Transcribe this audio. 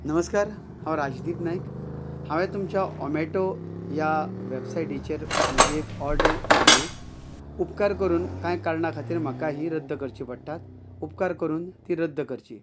नमस्कार हांव राजदीप नायक हांवें तुमच्या झॉमेटो ह्या वेबसायटीचेर म्हजी एक ऑर्डर दिल्ली उपकार करून कांय कारणा खातीर म्हाका ही रद्द करची पडटात उपकार करून ती रद्द करची